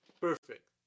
perfect